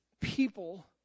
people